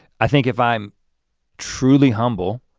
i think if i'm truly humble,